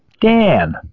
Dan